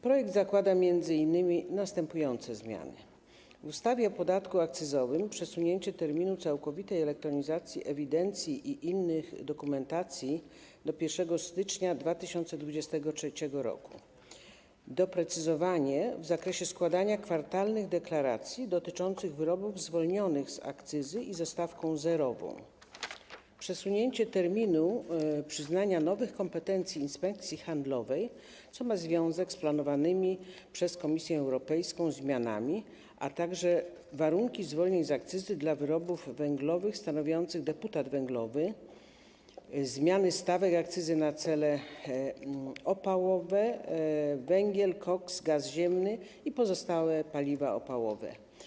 Projekt zakłada m.in. następujące zmiany w ustawie o podatku akcyzowym: przesunięcie terminu całkowitej elektronizacji ewidencji i innych dokumentacji do 1 stycznia 2023 r., doprecyzowanie w zakresie składania kwartalnych deklaracji dotyczących wyrobów zwolnionych z akcyzy i ze stawką zerową, przesunięcie terminu przyznania nowych kompetencji Inspekcji Handlowej, co ma związek z planowanymi przez Komisję Europejską zmianami, a także warunki zwolnień z akcyzy dla wyrobów węglowych stanowiących deputat węglowy, zmiany stawek akcyzy na oleje opałowe, węgiel, koks, gaz ziemny i pozostałe paliwa opałowe.